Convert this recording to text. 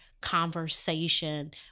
conversation